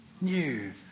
New